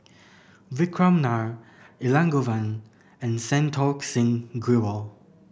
Vikram Nair Elangovan and Santokh Singh Grewal